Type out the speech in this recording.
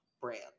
brand